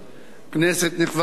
כנסת נכבדה,